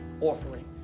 offering